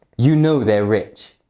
you know they're rich.